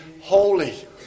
holy